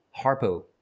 Harpo